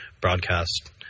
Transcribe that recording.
broadcast